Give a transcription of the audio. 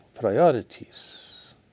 priorities